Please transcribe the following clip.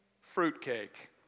fruitcake